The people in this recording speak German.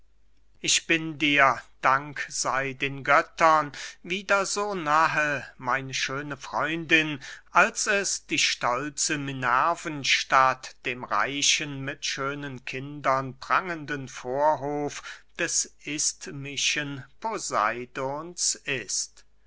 ich bin dir dank sey den göttern wieder so nahe meine schöne freundin als es die stolze minervenstadt dem reichen mit schönen kindern prangenden vorhof des isthmischen poseidons ist